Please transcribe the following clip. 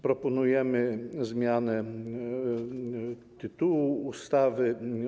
Proponujemy zmianę tytułu ustawy.